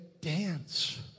dance